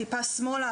טיפה שמאלה,